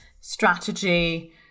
strategy